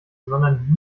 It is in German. sondern